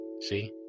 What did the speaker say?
see